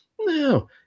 No